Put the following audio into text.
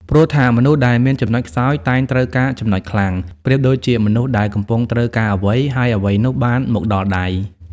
ព្រោះថា មនុស្សដែលមានចំណុចខ្សោយតែងត្រូវការចំណុចខ្លាំង ប្រៀបដូចជាមនុស្សដែលកំពុងត្រូវការអ្វី ហើយអ្វីនោះបានមកដល់ដៃ ។